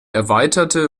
erweiterte